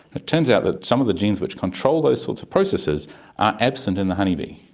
it turns out that some of the genes which control those sorts of processes are absent in the honeybee.